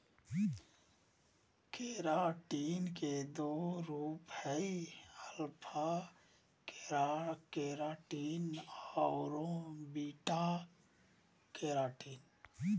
keratin के दो रूप हइ, अल्फा केराटिन आरो बीटा केराटिन